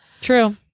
True